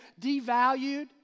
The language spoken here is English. devalued